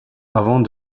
avant